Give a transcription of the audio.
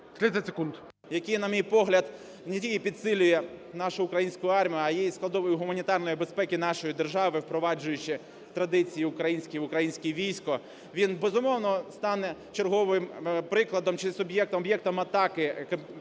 який, на мій погляд, не тільки підсилює нашу українську армію, а є і складовою гуманітарної безпеки нашої держави, впроваджуючи традиції українські в українське військо, він, безумовно, стане черговим прикладом чи суб'єктом,